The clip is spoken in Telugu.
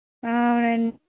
అవునండి